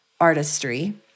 artistry